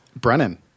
Brennan